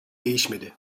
değişmedi